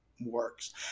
works